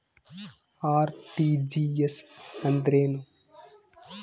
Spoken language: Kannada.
ಆರ್.ಟಿ.ಜಿ.ಎಸ್ ಎಂದರೇನು?